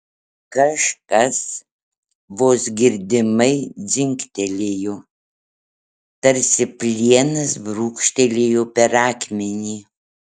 kažkas vos girdimai dzingtelėjo tarsi plienas brūkštelėjo per akmenį